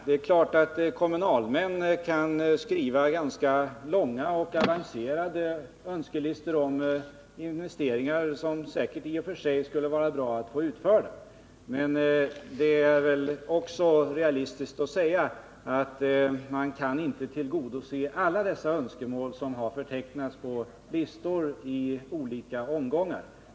Det är klart att kommunalmän kan skriva ganska långa och avancerade önskelistor om investeringar, som säkert i och för sig skulle vara bra att få utförda, men det är väl också realistiskt att säga att man inte kan tillgodose alla dessa önskemål som har förtecknats på listor i olika omgångar.